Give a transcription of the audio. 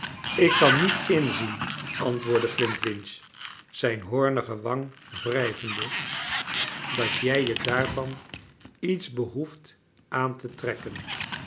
ik kan niet inzien antwoordde flintwinch zijn hoornige wang wrijvende dat j ij je daarvan iets behoeft aan te trekken